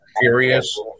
serious